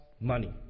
money